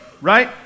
right